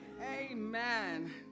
Amen